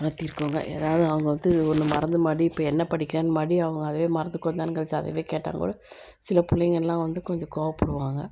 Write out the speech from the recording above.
மாத்திருக்கோங்க எதாவது அவங்க வந்து ஒன்று மறந்து மறுபடி இப்போ என்ன படிக்கிற மறுபடியும் அவங்க அதையே மறந்து கொஞ்சம் நேரம் கழித்து அதயே கேட்டாங்கன்னால் கூட சில பிள்ளைங்கலாம் வந்து கொஞ்சம் கோபப்படுவாங்க